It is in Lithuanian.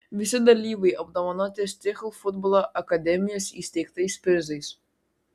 visi dalyviai apdovanoti stihl futbolo akademijos įsteigtais prizais